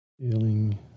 feeling